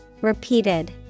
repeated